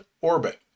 orbit